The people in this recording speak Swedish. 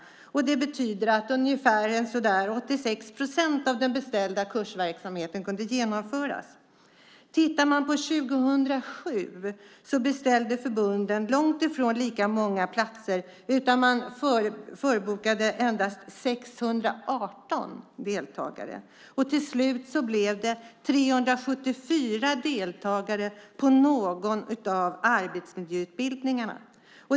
Det betyder att ungefär 86 procent av den beställda kursverksamheten kunde genomföras. Tittar man på 2007 beställde förbunden långtifrån lika många platser. Man förbokade endast 618 deltagare. Till slut blev det 374 deltagare på någon av arbetsmiljöutbildningarna.